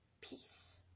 peace